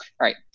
right